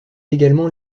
également